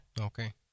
Okay